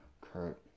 Kurt